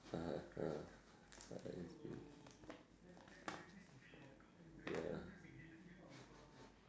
(uh huh) (uh huh) ya